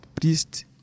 priest